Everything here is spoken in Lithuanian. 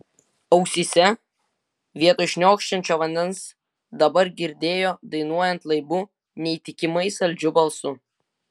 ausyse vietoj šniokščiančio vandens dabar girdėjo dainuojant laibu neįtikimai saldžiu balsu